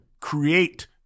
create